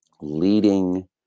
leading